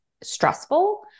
stressful